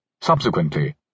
subsequently